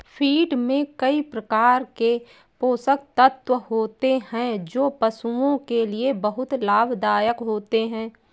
feed में कई प्रकार के पोषक तत्व होते हैं जो पशुओं के लिए बहुत लाभदायक होते हैं